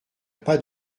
pas